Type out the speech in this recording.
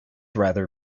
rather